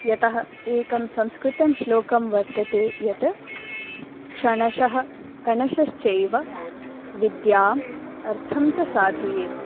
यतः एकं संस्कृतं श्लोकं वर्तते यत् क्षणशः कणशश्चैव विद्याम् अर्थञ्च साधयेत्